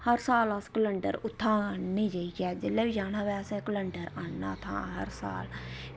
हर साल अस केलैंडर उत्थां गै आह्नने जाइयै जेल्लै बी जाना होऐ असें केलैंडर आह्नना उत्थां हर साल